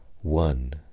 one